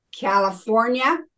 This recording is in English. California